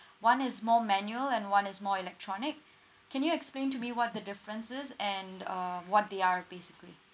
one is more manual and one is more electronic can you explain to me what the difference is and err what they are basically